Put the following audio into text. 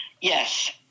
Yes